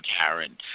Karen